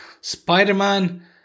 Spider-Man